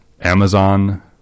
Amazon